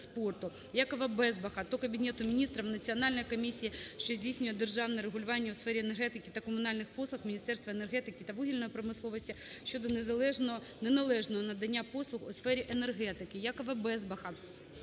ЯковаБезбаха до Кабінету Міністрів, Національної комісії, що здійснює державне регулювання у сферах енергетики та комунальних послуг, Міністерства енергетики та вугільної промисловості щодо неналежного надання послуг у сфері енергетики. ЯковаБезбаха